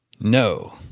No